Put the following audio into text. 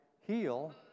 heal